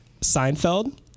Seinfeld